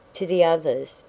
to the others,